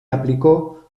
aplicó